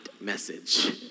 message